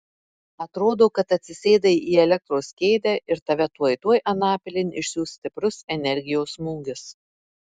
atrodo kad atsisėdai į elektros kėdę ir tave tuoj tuoj anapilin išsiųs stiprus energijos smūgis